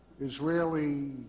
Israeli